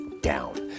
down